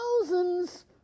thousands